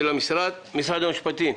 של משרד המשפטים.